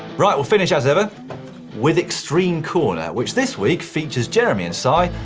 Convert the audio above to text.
right, we'll finish as ever with extreme corner, which this week features jeremy and si,